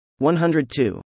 102